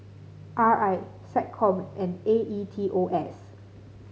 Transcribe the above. R I SecCom and A E T O S